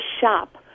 shop